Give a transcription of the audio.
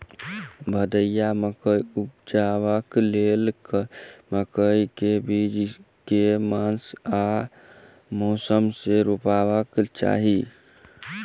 भदैया मकई उपजेबाक लेल मकई केँ बीज केँ मास आ मौसम मे रोपबाक चाहि?